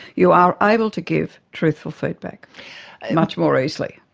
you are able to give truthful feedback much more easily.